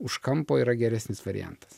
už kampo yra geresnis variantas